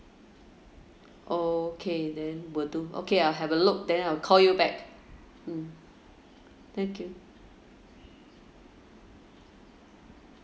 okay then will do okay I'll have a look then I'll call you back mm thank you